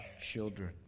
children